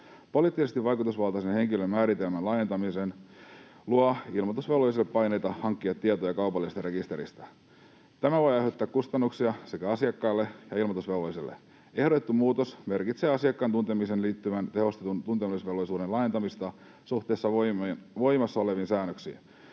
Poliittisesti vaikutusvaltaisen henkilön määritelmän laajentaminen luo ilmoitusvelvolliselle paineita hankkia tietoja kaupallisista rekistereistä. Tämä voi aiheuttaa kustannuksia sekä asiakkaalle että ilmoitusvelvolliselle. Ehdotettu muutos merkitsee asiakkaan tuntemiseen liittyvän tehostetun tuntemisvelvollisuuden laajentamista suhteessa voimassa oleviin säännöksiin.